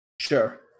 Sure